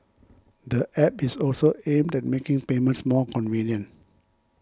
the app is also aimed at making payments more convenient